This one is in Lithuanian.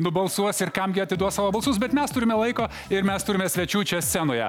nubalsuos ir kam atiduos savo balsus bet mes turime laiko ir mes turime svečių čia scenoje